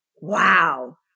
Wow